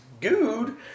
dude